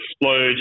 explode